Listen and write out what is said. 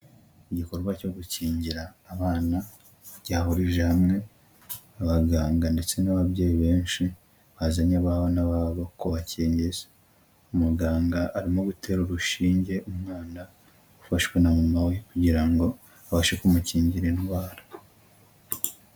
Igikorwa cyo gukingira abana cyahurije hamwe abaganga ndetse n'ababyeyi benshi bazanye abana babo kubakingiza, umuganga arimo gutera urushinge umwana ufashwe na mama we, kugira ngo abashe kumukingira indwara.